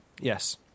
yes